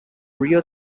real